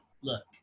look